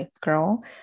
girl